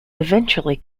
eventually